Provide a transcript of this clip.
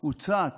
הוצת